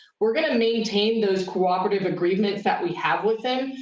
we're going to maintain those cooperative agreements that we have with them,